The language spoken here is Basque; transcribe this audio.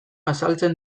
azaltzen